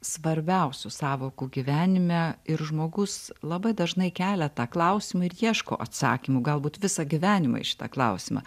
svarbiausių sąvokų gyvenime ir žmogus labai dažnai kelia tą klausimą ir ieško atsakymų galbūt visą gyvenimą į šitą klausimą